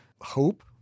hope